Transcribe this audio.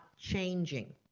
changing